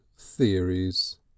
theories